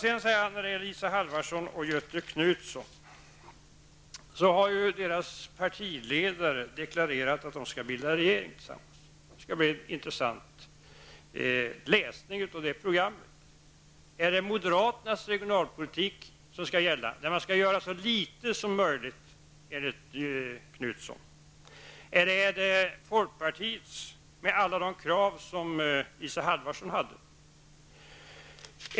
Vad gäller Isa Halvarsson och Göthe Knutson har ju deras partiledare deklarerat att de skall bilda regering tillsammans. Det skall bli intressant att läsa deras program. Är det moderaternas regionalpolitik som skall gälla? Enligt Göthe Knutson skall man ju göra så litet som möjligt. Eller är det folkpartiets program, med alla de krav som Isa Halvarsson framförde, som skall gälla?